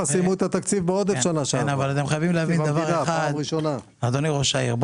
אדוני היושב-ראש,